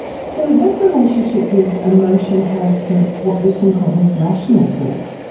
so what relationship does emotion have to what we think of as rational thought?